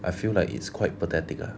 I feel like it's quite pathetic lah